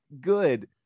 good